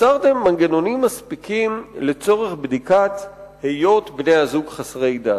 יצרתם מנגנונים מספיקים לצורך בדיקת היות בני הזוג חסרי דת.